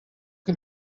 can